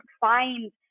find